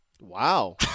Wow